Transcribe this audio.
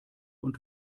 und